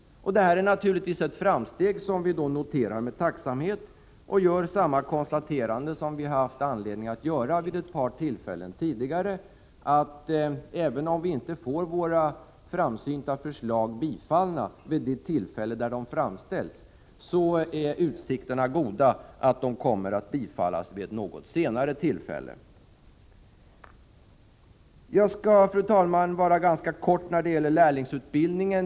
Det är naturligtvis ett framsteg som vi noterar med tacksamhet. Vi gör samma konstaterande som vi haft anledning att göra några gånger tidigare, nämligen att även om vi inte får våra framsynta förslag bifallna vid det tillfälle då de framställs, är utsikterna goda att de kommer att bifallas vid ett senare tillfälle. Jag skall, fru talman, fatta mig kort när det gäller lärlingsutbildningen.